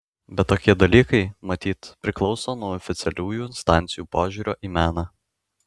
bet tokie dalykai matyt priklauso nuo oficialiųjų instancijų požiūrio į meną